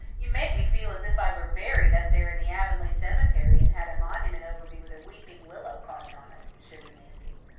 you make me feel as if i were buried up there in the avonlea cemetery and had a monument over me with a weeping willow carved on it, shivered nancy.